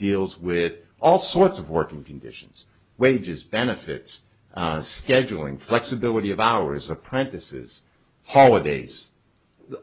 deals with all sorts of working conditions wages benefits scheduling flexibility of hours apprentices holidays